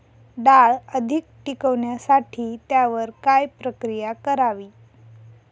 डाळ अधिक टिकवण्यासाठी त्यावर काय प्रक्रिया करावी?